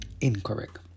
incorrect